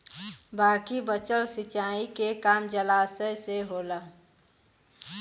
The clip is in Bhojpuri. बाकी बचल सिंचाई के काम जलाशय से होला